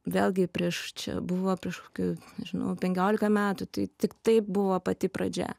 vėlgi prieš čia buvo prieš kokių nežinau penkiolika metų tai tik tai buvo pati pradžia